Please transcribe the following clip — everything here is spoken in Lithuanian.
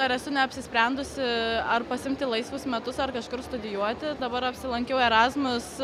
dar esu neapsisprendusi ar pasiimti laisvus metus ar kažkur studijuoti dabar apsilankiau erasmus